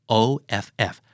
off